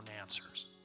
answers